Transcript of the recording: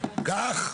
קח.